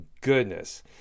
goodness